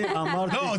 לא.